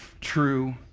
true